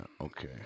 Okay